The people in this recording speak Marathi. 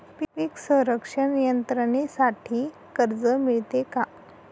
पीक संरक्षण यंत्रणेसाठी कर्ज मिळते का?